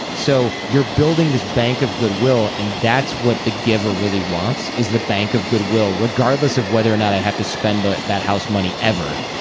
so you're building this bank of good will. and that's what the giver really wants is the bank of good will. regardless of whether or not i have to spend that house money ever,